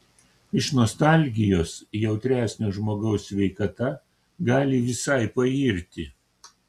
iš nostalgijos jautresnio žmogaus sveikata gali visai pairti